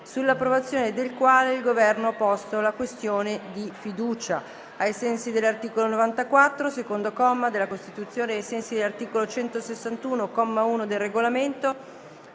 sull'approvazione del quale il Governo ha posto la questione di fiducia. Ricordo che ai sensi dell'articolo 94, secondo comma, della Costituzione, e ai sensi dell'articolo 161, comma 1, del Regolamento,